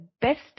best